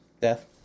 death